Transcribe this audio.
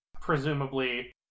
presumably